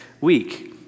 week